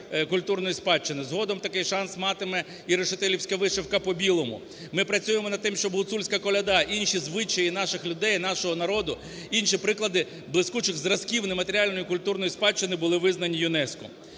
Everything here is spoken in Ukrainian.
культурної спадщини, згодом такий шанс матиме і решетилівська вишивка по білому. Ми працюємо над тим, щоб гуцульська коляда й інші звичаї наших людей, нашого народу і інші приклади блискучих зразків нематеріальної культурної спадщини були визнані ЮНЕСКО.